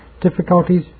difficulties